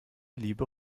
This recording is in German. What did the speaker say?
liebe